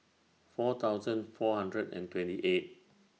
four thousand four hundred and twenty eight